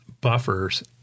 buffers